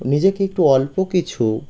নিজেকে একটু অল্প কিছু